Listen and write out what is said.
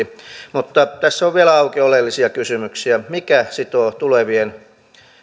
mutta tässä on vielä auki oleellisia kysymyksiä mikä sitoo tulevien